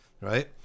right